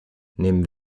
nehmen